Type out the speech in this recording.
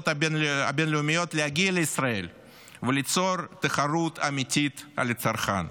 הבין-לאומיות להגיע לישראל וליצור תחרות אמיתית על הצרכן,